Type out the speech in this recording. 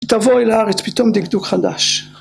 תבואי לארץ פתאום דקדוק חדש.